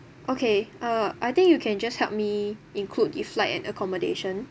okay uh I think you can just help me include flight and accommodation